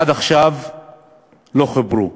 עד עכשיו לא חיברו.